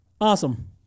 Awesome